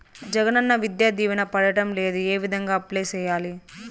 జగనన్న విద్యా దీవెన పడడం లేదు ఏ విధంగా అప్లై సేయాలి